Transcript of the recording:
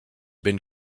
been